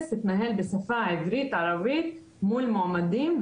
התנהל בשפה העברית-ערבית מול מועמדים,